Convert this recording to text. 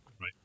Right